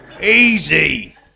Easy